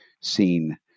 seen